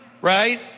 right